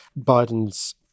Biden's